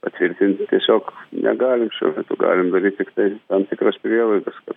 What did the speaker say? patvirtinti tiesiog negalim šiuo metu galim daryt tiktai tam tikras prielaidas kad